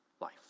life